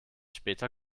später